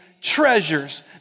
treasures